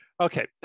Okay